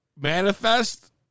manifest